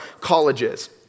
colleges